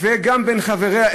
וגם בין חבריה,